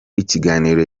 ikiganiro